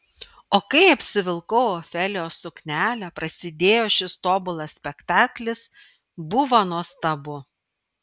o kai apsivilkau ofelijos suknelę prasidėjo šis tobulas spektaklis buvo nuostabu